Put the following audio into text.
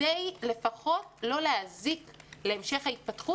כדי לפחות לא להזיק להמשך ההתפתחות,